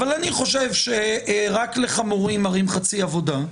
אבל אני חושב שרק לחמורים מראים חצי עבודה,